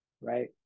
right